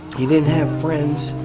he didn't have friends,